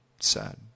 sad